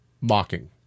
mocking